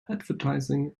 advertising